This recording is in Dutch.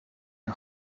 een